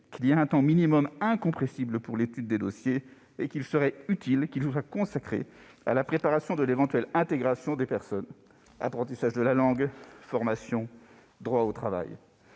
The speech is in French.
qu'il existe un temps minimum incompressible pour l'étude des dossiers et qu'il serait utile qu'il soit consacré à la préparation de l'éventuelle intégration de la personne ? Je pense à l'apprentissage de la langue, à la formation, au droit au travail.